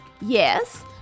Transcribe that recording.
Yes